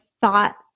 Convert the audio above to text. thought